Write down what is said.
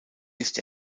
ist